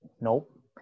Nope